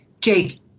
Jake